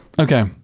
Okay